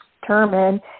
determine